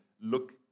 look